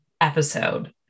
episode